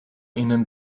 ihnen